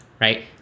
Right